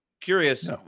curious